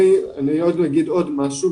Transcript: אני אומר עוד משהו.